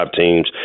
teams